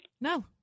No